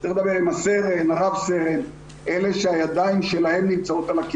'תבואו בקשר עם אחד משני המוסדות האקדמיים שמאוד מתאימים לזה.